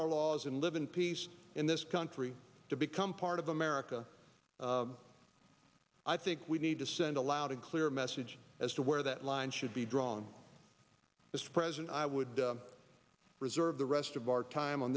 our laws and live in peace in this country to become part of america i think we need to send a loud and clear message as to where that line should be drawn as president i would preserve the rest of our time on